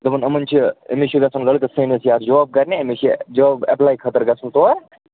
دوٚپُن یِمَن چھُ أمِس چھُ گَژھُن لٔڑکَس سٲنِس یَتھ جاب کَرنہِ أمِس چھُ جاب ایٚپلے خٲطرٕ گَژھُن تور